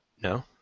No